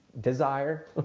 desire